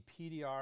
PDR